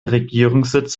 regierungssitz